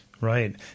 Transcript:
right